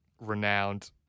renowned